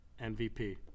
MVP